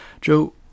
Joe